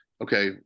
okay